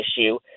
issue